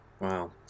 Wow